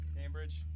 Cambridge